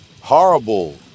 horrible